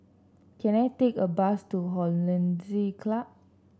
can I take a bus to Hollandse Club